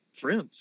friends